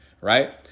Right